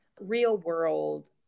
real-world